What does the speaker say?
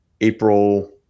April